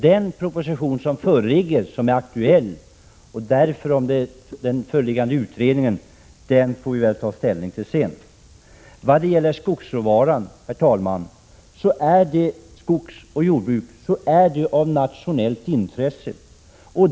Den proposition som föreligger är den som är aktuell. Utredningen får vi ta ställning till senare. Vad gäller skogsråvaran vill jag framhålla att skogsoch jordbruket är av nationellt intresse.